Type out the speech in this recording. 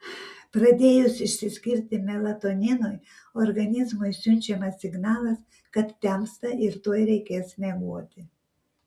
pradėjus išsiskirti melatoninui organizmui siunčiamas signalas kad temsta ir tuoj reikės miegoti